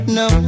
no